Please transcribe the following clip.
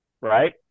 right